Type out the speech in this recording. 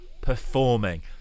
performing